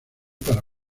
para